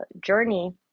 journey